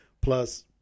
plus –